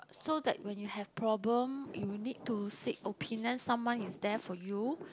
so that when you have problem you need to seek opinion someone is there for you